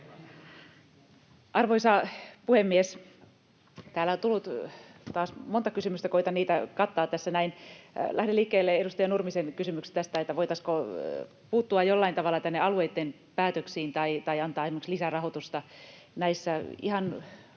Arvoisa puhemies! Täällä on tullut taas monta kysymystä. Koetan niitä kattaa tässä. Lähden liikkeelle edustaja Nurmisen kysymyksestä, että voitaisiinko puuttua jollain tavalla näihin alueitten päätöksiin tai antaa esimerkiksi lisärahoitusta. Näissä ihan